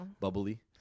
Bubbly